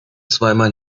zweimal